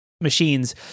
machines